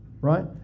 Right